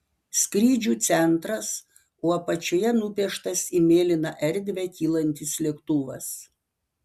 skrydžių centras o apačioje nupieštas į mėlyną erdvę kylantis lėktuvas